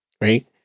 right